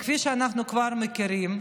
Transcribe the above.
כפי שאנחנו כבר מכירים,